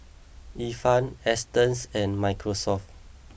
Ifan Astons and Microsoft